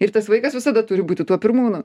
ir tas vaikas visada turi būti tuo pirmūnu